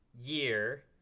year